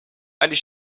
allez